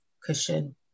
cushion